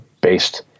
based